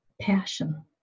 passion